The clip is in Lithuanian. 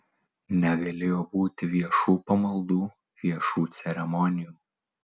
negalėjo būti viešų pamaldų viešų ceremonijų